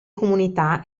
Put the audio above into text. comunità